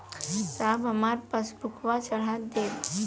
साहब हमार पासबुकवा चढ़ा देब?